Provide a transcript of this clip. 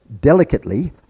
delicately